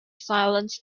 silence